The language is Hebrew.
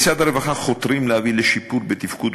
במשרד הרווחה חותרים להביא לשיפור בתפקוד